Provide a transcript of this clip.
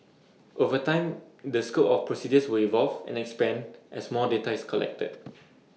over time the scope of procedures will evolve and expand as more data is collected